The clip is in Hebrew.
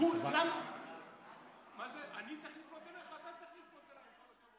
חברי הכנסת,